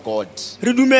God